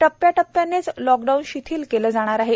टप्प्याटप्प्यानेच lockdown शिथिल केले जाणार आहे